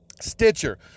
Stitcher